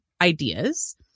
ideas